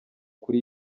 kuri